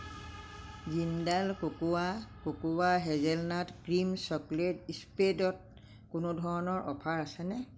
Jindal cocoa cocoa hazelnut cream chocolate স্পেডত কোনো ধৰণৰ অ'ফাৰ আছেনে